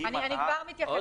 --- אני כבר מתייחסת לזה.